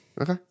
Okay